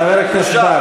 חבר הכנסת בר,